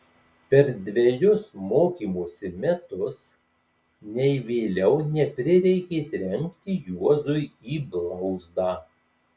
per dvejus mokymosi metus nei vėliau neprireikė trenkti juozui į blauzdą